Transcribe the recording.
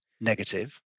negative